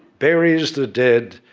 buries the dead,